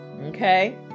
okay